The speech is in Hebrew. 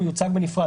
הוא יוצג בנפרד.